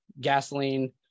gasoline